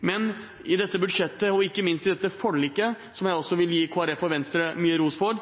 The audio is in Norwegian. Men i dette budsjettet og ikke minst i dette forliket, som jeg vil gi Kristelig Folkeparti og Venstre mye ros for,